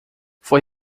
foi